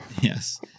Yes